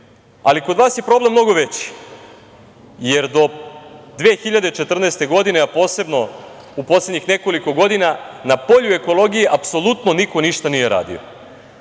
ali kod vas je problem mnogo veći, jer do 2014. godine, a posebno u poslednjih nekoliko godina, na polju ekologije apsolutno niko ništa nije radio.